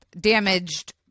damaged